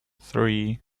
three